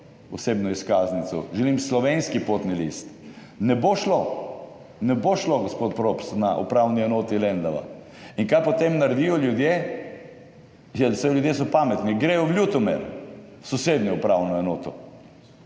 osebno izkaznico, želim slovenski potni list. Ne bo šlo. Ne bo šlo, gospod Props na Upravni enoti Lendava. In kaj potem naredijo ljudje? Ja saj ljudje so pametni, gredo v Ljutomer v sosednjo upravno enoto,